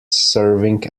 serving